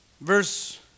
verse